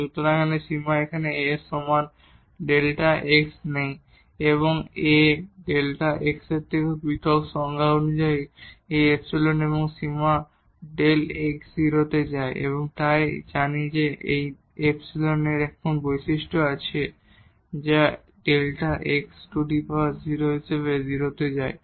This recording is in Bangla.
সুতরাং সীমা এখানে A এর সমান Δ x নেই এবং A Δ x থেকেও পৃথকতার সংজ্ঞা অনুসারে এই ϵ এবং সীমা Δ x 0 তে যায় এবং আমরা জানি যে এই ϵ এর এমন বৈশিষ্ট্য আছে যা Δ x → 0 হিসাবে এটি 0 এ যায়